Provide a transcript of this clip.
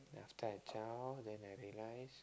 after I zao then I realised